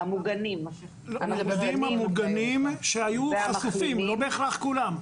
הילדים המוגנים שהיו חשופים, לא בהכרח כולם.